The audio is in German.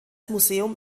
museum